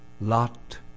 Lot